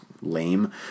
lame